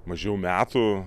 mažiau metų